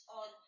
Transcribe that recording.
on